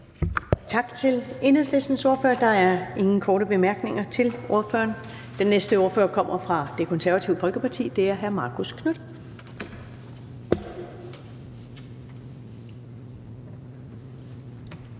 Tak til Enhedslistens ordfører. Der er ingen korte bemærkninger til ordføreren. Den næste ordfører kommer fra Det Konservative Folkeparti, og det er hr. Marcus Knuth.